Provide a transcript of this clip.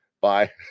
bye